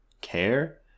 care